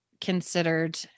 considered